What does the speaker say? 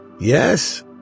Yes